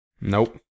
Nope